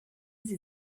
sie